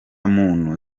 muntu